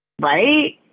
right